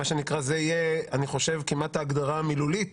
זה יהיה, אני חושב, כמעט ההגדרה המילולית